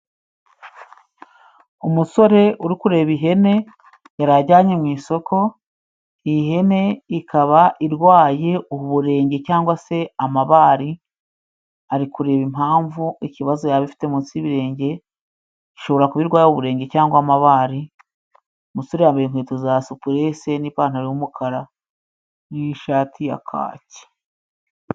Umusore uri kureba ihene yari ajyanye mu isoko. Iyi hene ikaba irwaye uburenge cyangwa se amabari, ari kureba impamvu ikibazo yaba ifite munsi y'ibirenge, ishobora kuba irwaye uburenge cyangwa amabari. Umusore yambaye inkweto za supuresi n'ipantaro y'umukara n'ishati ya kaki.